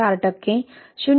04 टक्के 0